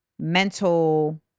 mental